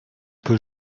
peu